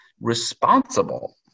responsible